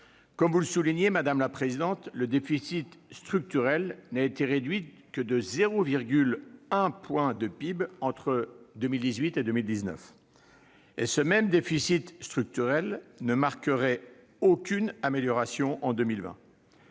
Comme vous le soulignez, madame la Première présidente, le déficit structurel n'a été réduit que de 0,1 point de PIB entre 2018 et 2019. Et ce même déficit structurel ne marquerait « aucune amélioration en 2020